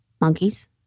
monkeys